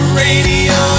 radio